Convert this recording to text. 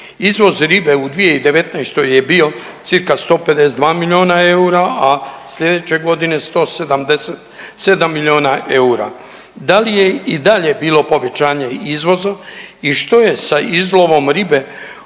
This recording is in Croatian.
Izvoz ribe u 2019. je bio cca 152 milijuna eura a slijedeće godine 177 miliona eura. Da li je i dalje bilo povećanje izvoza i što je sa izlovom ribe